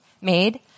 made